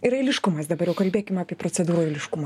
ir eiliškumas dabar jau kalbėkim apie procedūrų eiliškumą